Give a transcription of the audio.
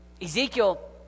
Ezekiel